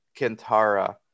Kintara